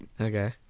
Okay